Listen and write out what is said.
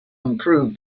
improve